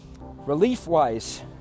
Relief-wise